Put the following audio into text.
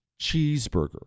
Cheeseburger